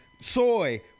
soy